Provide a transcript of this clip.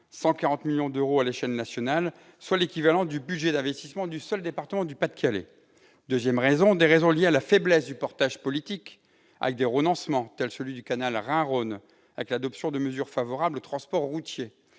140 millions d'euros à l'échelle nationale, soit l'équivalent du budget d'investissement du seul département du Pas-de-Calais ... Pour des raisons liées à la faiblesse du portage politique, ensuite ; avec des renoncements, tel celui du canal Rhin-Rhône, avec l'adoption de mesures favorables au transport routier,